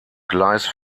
gleis